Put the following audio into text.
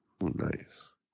Nice